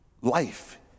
life